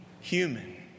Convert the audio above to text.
human